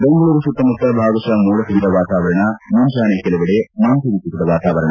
ಬೆಂಗಳೂರು ಸುತ್ತಮುತ್ತ ಭಾಗಶಃ ಮೋಡಕವಿದ ವಾತಾವರಣ ಮುಂಜಾನೆ ಕೆಲವೆಡೆ ಮಂಜು ಮುಸುಕಿದ ವಾತಾವರಣ